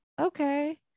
okay